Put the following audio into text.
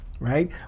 right